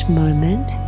moment